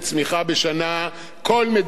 כל מדינות העולם חולמות על זה.